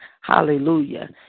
Hallelujah